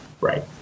right